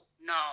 no